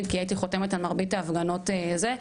כי הייתי חותמת על מרבית ההפגנות זה.